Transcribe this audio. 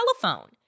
telephone